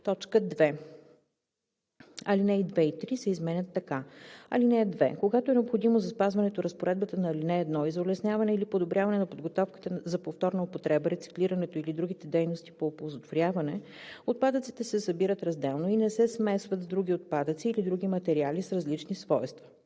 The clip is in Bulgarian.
по“. 2. Алинеи 2 и 3 се изменят така: „(2) Когато е необходимо за спазването разпоредбата на ал. 1 и за улесняване или подобряване на подготовката за повторна употреба, рециклирането или другите дейности по оползотворяване, отпадъците се събират разделно и не се смесват с други отпадъци или други материали с различни свойства.